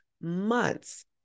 months